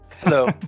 Hello